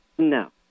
No